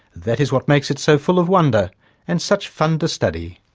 that is what makes it so full of wonder and such fun to study.